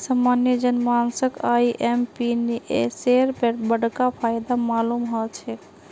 सामान्य जन मानसक आईएमपीएसेर बडका फायदा मालूम ह छेक